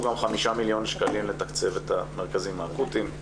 גם 5 מיליון שקלים לתקצב את המרכזים האקוטיים.